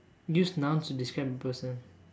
use nouns to describe a person